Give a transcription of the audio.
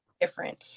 different